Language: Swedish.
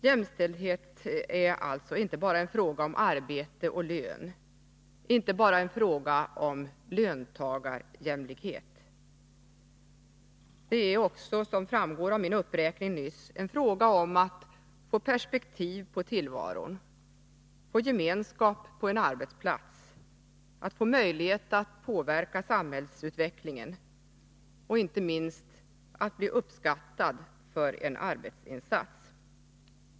Jämställdhet är alltså inte bara en fråga om arbete och lön, inte bara en fråga om löntagarjämlikhet. Det är också, som framgick av min uppräkning nyss, en fråga om att få perspektiv på tillvaron, få gemenskap på en arbetsplats, få möjlighet att påverka samhällsutvecklingen — och inte minst att få bli uppskattad för en arbetsinsats.